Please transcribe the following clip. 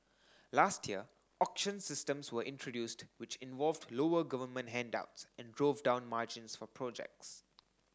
last year auction systems were introduced which involved lower government handouts and drove down margins for projects